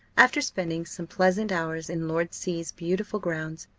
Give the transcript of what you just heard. after spending some pleasant hours in lord c s beautiful grounds,